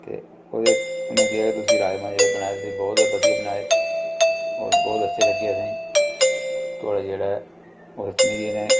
ते ओह्दे उनें कि तुसें जेह्ड़े राजमा बनाए तुसें बौह्त ही बधिया बनाए होर बौहत अच्छे लग्गे असेंगी थुआढ़ा जेहड़ा ओह्दे च मी इनें